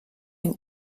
dem